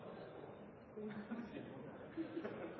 det er der